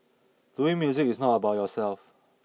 doing music is not about yourself